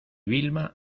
vilma